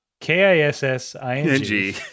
K-I-S-S-I-N-G